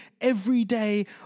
everyday